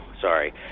sorry